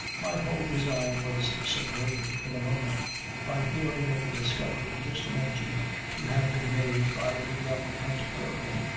my whole design was subverted in a moment by hearing of the discovery just mentioned to have been made by the young antiquarian,